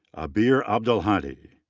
abeer abdelhadi.